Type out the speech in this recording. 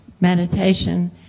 meditation